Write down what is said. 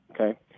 okay